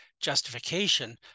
justification